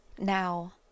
now